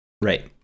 Right